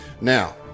Now